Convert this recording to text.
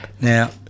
now